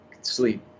sleep